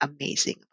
amazing